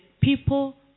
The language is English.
people